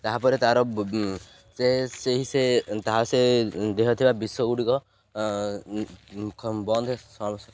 ତା'ପରେ ତା'ର ସେ ସେହି ସେ ତାହା ସେ ଦେହରେ ଥିବା ବିଷ ଗୁଡ଼ିକ ବନ୍ଦ